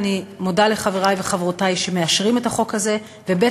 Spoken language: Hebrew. אני מודה לחברי וחברותי שמאשרים את החוק הזה, וב.